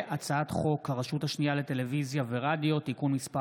הצעת חוק הרשות השנייה לטלוויזיה ורדיו (תיקון מס'